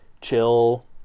chill